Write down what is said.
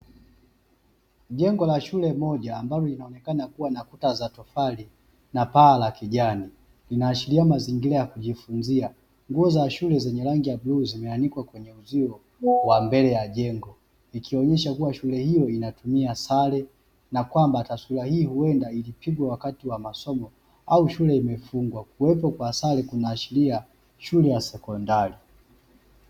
Jengo la shule moja ambalo linaonekana kuwa na kuta za tofali, na paa la kijani. Linaashiria mazingira ya kujifunzia nguo za shule zenye rangi ya bluu zimeanikwa kwenye uzio wa mbele ya jengo ikionyesha kuwa shule hiyo inatumia sare na kwamba ata sura hii huenda ilipigwa wakati wa masomo au shule imefungwa, kuwepo kwa asali kunaashiria shule ya sekondari.